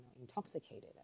intoxicated